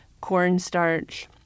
cornstarch